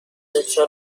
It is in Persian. امسال